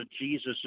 Jesus